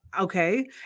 okay